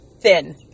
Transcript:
thin